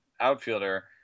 outfielder